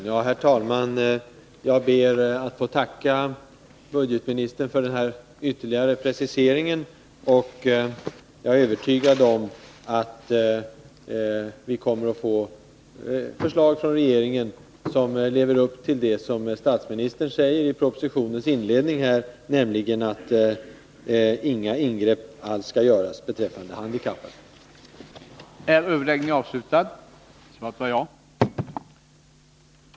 Vid kontroll av arbetsgivaravgifter i vissa fackliga organisationer har det framkommit att förmåner ej upptagits på uppgifterna och att redovisningen således skett på ett sätt som stått i strid med skattelagstiftningen. Enligt uppgift har emellertid denna kontrollverksamhet avbrutits, innan en fullständig granskning av organisationerna på alla nivåer skett. Avser statsrådet vidtaga åtgärder för att förhindra att utredningar, där det framkommit att brott mot skattelagstiftningen kan ha förekommit, läggs ner innan utredningen har fullföljts?